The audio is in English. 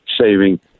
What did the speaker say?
saving